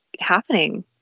happening